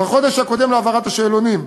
בחודש הקודם להעברת השאלונים.